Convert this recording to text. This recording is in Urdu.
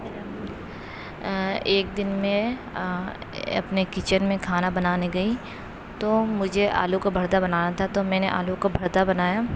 ایک دن میں اپنے کچن میں کھانا بنانے گئی تو مجھے آلو کا بھرتا بنانا تھا تو میں نے آلو کا بھرتا بنایا